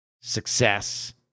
success